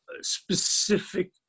specific